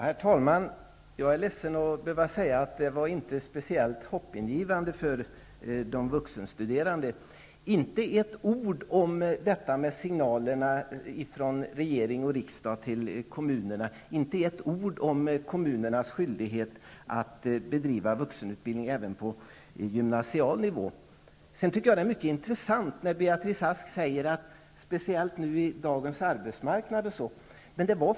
Herr talman! Jag är ledsen att behöva säga att detta inte var speciellt hoppingivande för de vuxenstuderande. Inte ett ord om signalerna från regering och riksdag till kommunerna, inte ett ord om kommunernas skyldighet att bedriva vuxenutbildning även på gymnasial nivå. Jag tycker att det är mycket intressant när Beatrice Ask talar om dagens arbetsmarknadsläge.